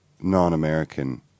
non-American